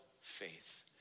faith